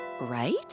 right